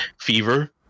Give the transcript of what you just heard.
fever